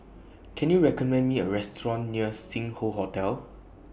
Can YOU recommend Me A Restaurant near Sing Hoe Hotel